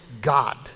God